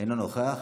אינו נוכח.